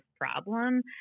problem